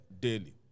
daily